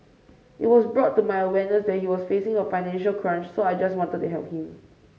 it was brought to my awareness that he was facing a financial crunch so I just wanted to help him